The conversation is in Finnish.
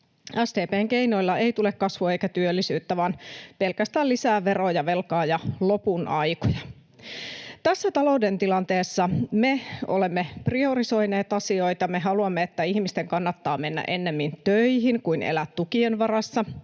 SDP:n keinoilla ei tule kasvua eikä työllisyyttä vaan pelkästään lisää veroja, velkaa ja lopun aikoja. Tässä talouden tilanteessa me olemme priorisoineet asioita. Me haluamme, että ihmisten kannattaa mennä ennemmin töihin kuin elää tukien varassa.